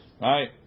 Right